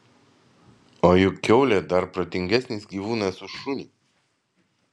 o juk kiaulė dar protingesnis gyvūnas už šunį